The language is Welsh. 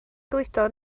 gludo